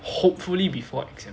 hopefully before exam